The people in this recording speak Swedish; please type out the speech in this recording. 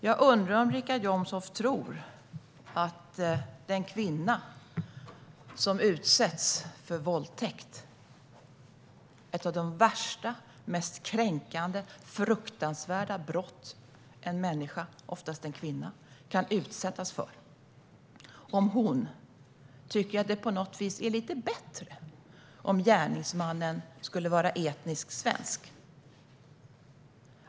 Jag undrar om han tror att den kvinna som utsätts för våldtäkt - ett av de värsta, mest kränkande och fruktansvärda brott en människa, oftast en kvinna, kan utsättas för - på något vis tycker att det är lite bättre om gärningsmannen är etnisk svensk.